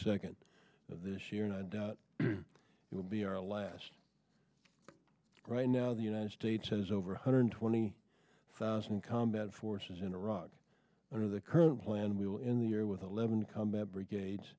second of this year and i doubt it will be our last right now the united states has over one hundred twenty thousand combat forces in iraq under the current plan we will in the year with eleven combat brigade